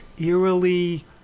eerily